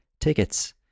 tickets